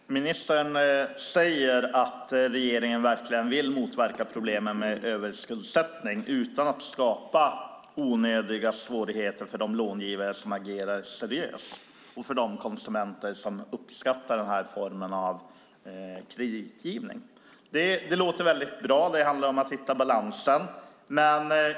Fru talman! Ministern säger att regeringen verkligen vill motverka problemen med överskuldsättning utan att skapa onödiga svårigheter för de långivare som agerar seriöst och för de konsumenter som uppskattar den här formen av kreditgivning. Det låter bra. Det handlar om att hitta en balans.